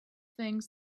things